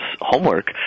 homework